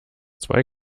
zwei